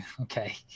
Okay